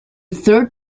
third